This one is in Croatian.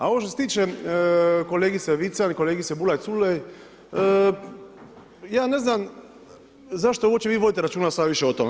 A ovo što se tiče kolegice Vican i kolegice Bulaj Culej, ja ne znam zašto uopće vi vodite računa sad više o tome.